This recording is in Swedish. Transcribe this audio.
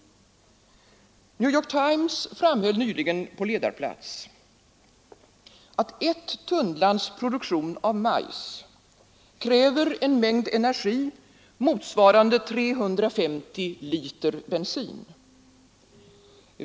New York Times framhöll nyligen på ledarplats att ett tunnlands produktion av majs kräver en mängd energi motsvarande 350 liter bensin.